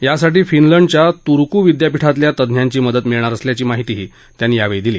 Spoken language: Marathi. यासाठी फिनलंडच्या तूर्क् विद्यापीठातल्या तज्ञांची मदत मिळणार असल्याची माहितीही त्यांनी यावेळी दिली